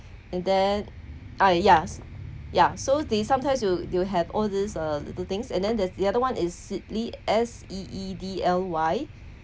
and then I ya ya so the sometimes you you'll have all these the the things and then there's the other one is seedly S E E D L Y